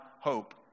hope